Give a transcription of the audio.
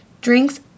drinks